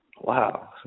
Wow